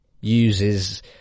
uses